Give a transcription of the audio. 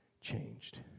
changed